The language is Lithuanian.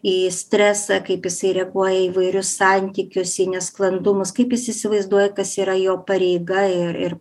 į stresą kaip jisai reaguoja į įvairius santykius į nesklandumus kaip jis įsivaizduoja kas yra jo pareiga ir ir